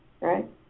right